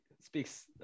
speaks